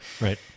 Right